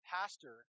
pastor